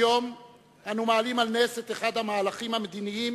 היום אנו מעלים על נס את אחד המהלכים המדיניים